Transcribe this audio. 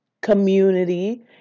community